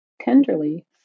tenderly